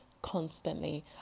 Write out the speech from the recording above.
Constantly